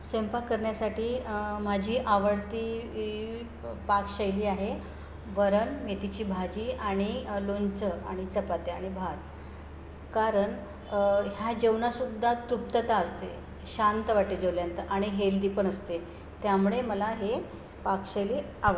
स्वयंपाक करण्यासाठी माझी आवडती प पाकशैली आहे वरण मेथीची भाजी आणि लोणचं आणि चपाती आणि भात कारण ह्या जेवणातसुद्धा तृप्तता असते शांत वाटते जेवल्यानंतर आणि हेल्दी पण असते त्यामुळे मला हे पाकशैली आव